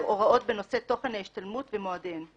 הוראות בנושא תוכן ההשתלמויות ומועדיהן.